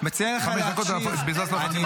חמש דקות ובזבזת את הזמן.